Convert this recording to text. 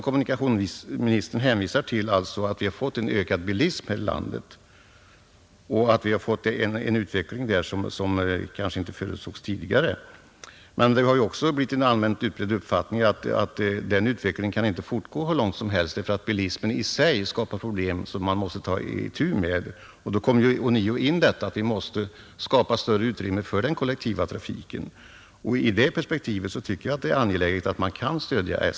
Kommunikationsministern hänvisade till att bilismen här i landet har utvecklats på ett sätt som vi kanske inte förutsåg tidigare. Det har emellertid blivit en allmänt utbredd uppfattning att den utvecklingen inte kan fortgå hur långt som helst, därför att bilismen i sig skapar problem, som man måste ta itu med. Då kommer ånyo detta in, att vi måste skapa större utrymme för den kollektiva trafiken. I det perspektivet tycker jag att det är angeläget att stödja SJ.